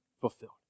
fulfilled